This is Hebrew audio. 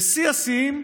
ושיא השיאים,